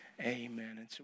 amen